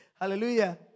Hallelujah